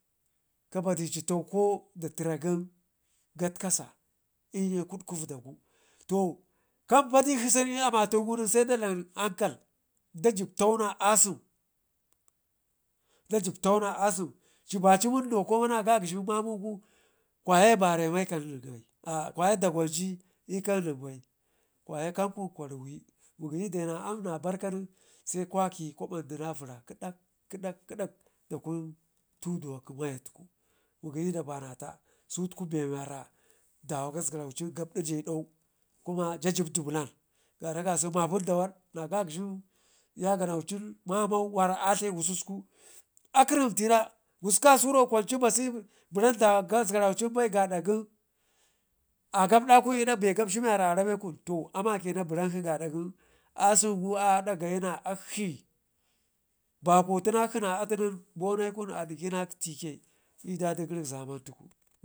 ka baiji tau ko da təre gən gatkasa l'nye kutku vəda tun to kampa diksli sən l'amatugu sai da dlam ankal da jib tau na asem da jib tau na asem cii baci wunduwau kuma na gagəgin mamugu kwaya barema l'kam kwaye dagwaji l'kam kwaye dagwaji l'lkan nen bai kwaye kanƙun kwa ruyi mugəyi dena aam naba ka nen se kwaki kwavərra kədak kədak kədak dakun tuduwa kə mayatku, mugɗyi da banata sutkube me wara dawa gasgaraucin gabƙije dau kuma ja jib du blan gada kasən mapinda wadne gagəghen yaganaucin mamau wara a dlayi kususku a kəremtina kusku kasuro kwancin basi rin dawa gasgaraucin bai, gadda a gabdakun l'dak be gabshu miwara arame kun to amakgəna brankshi gaada gɗn asuku ada gyayi na akshi bakwotunakshi na atunin bonekun adikki na ƙəte ƙe l'ɗaɗigəri zaman tuku.